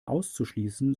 auszuschließen